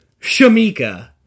Shamika